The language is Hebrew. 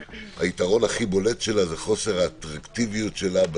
הכי בולט שלה זה חוסר האטרקטיביות שלה,